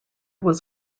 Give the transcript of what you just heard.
was